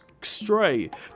straight